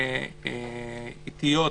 עיתיות,